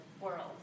world